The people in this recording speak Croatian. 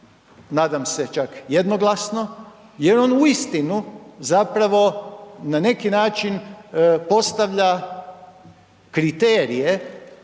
nadam se čak jednoglasno jer on uistinu zapravo na neki način postavlja kriterije